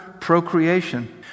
procreation